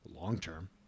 long-term